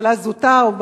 בהתחלה זוטר,